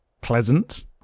pleasant